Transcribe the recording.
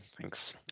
thanks